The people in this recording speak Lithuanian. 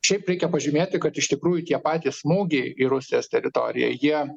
šiaip reikia pažymėti kad iš tikrųjų tie patys smūgį į rusijos teritoriją jie